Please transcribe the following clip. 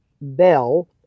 bell